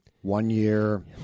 one-year